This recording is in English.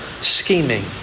scheming